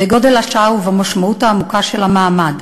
בגודל השעה ובמשמעות העמוקה של המעמד.